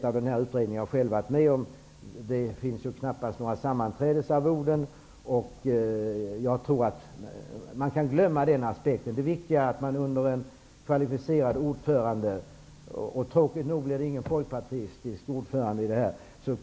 Jag har själv varit med och vet att det nästan inte finns några sammanträdesarvoden. Man kan glömma kostnadsaspekten. Det viktiga är att man under en kvalificerad ordförande når snabba och bra resultat. Tråkigt nog blir det ingen folkpartistisk ordförande i denna utredning.